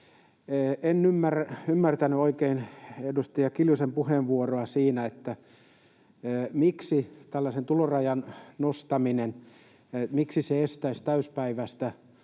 En ymmärtänyt oikein edustaja Kiljusen puheenvuoroa siinä, miksi tällainen tulorajan nostaminen estäisi täyspäiväistä